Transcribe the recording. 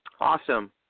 Awesome